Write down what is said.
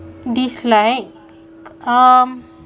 dislike um